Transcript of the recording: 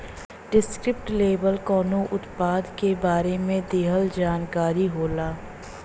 descriptive label कउनो उत्पाद के बारे में दिहल जानकारी होला